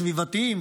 סביבתיים,